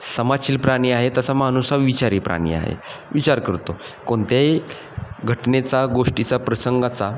समाजशील प्राणी आहे तसा माणूस हा विचारी प्राणी आहे विचार करतो कोणत्याही घटनेचा गोष्टीचा प्रसंगाचा